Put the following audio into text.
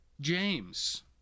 James